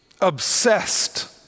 obsessed